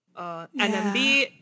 NMB